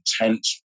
intent